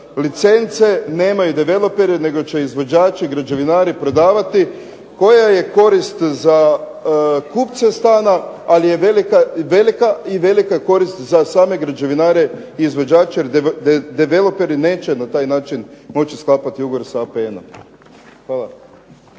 licence nemaju developeri nego će izvođači, građevinari prodavati koja je korist za kupce stana ali je velika i velika korist za same građevinare i izvođače jer developeri neće na taj način moći sklapati ugovor sa APN-om. Hvala.